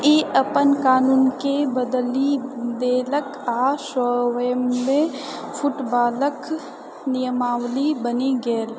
ई अपन कानूनके बदलि देलक आ स्वयंमे फुटबॉलक नियमावली बनि गेल